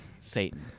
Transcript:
Satan